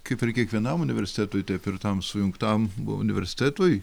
kaip ir kiekvienam universitetui taip ir tam sujungtam bu universitetui